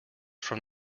from